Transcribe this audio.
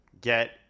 get